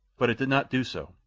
but it did not do so.